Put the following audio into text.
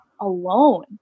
alone